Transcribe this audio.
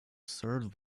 served